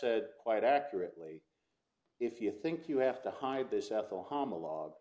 said quite accurately if you think you have to hide this ethyl homma log